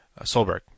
Solberg